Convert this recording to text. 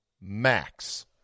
max